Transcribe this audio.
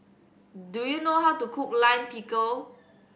do you know how to cook Lime Pickle